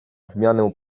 zmianę